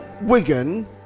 Wigan